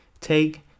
take